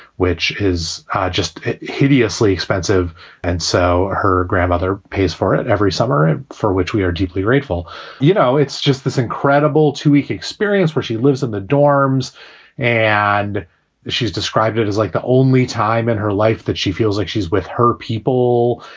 which is just hideously expensive. and so her grandmother pays for it every summer, and for which we are deeply grateful you know, it's just this incredible two week experience where she lives in the dorms and she's described it as like the only time in her life that she feels like she's with her people.